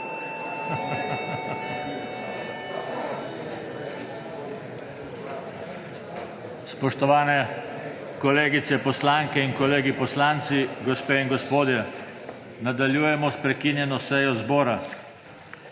TANKO: Kolegice poslanke in kolegi poslanci, gospe in gospodje, nadaljujemo s prekinjeno sejo zbora.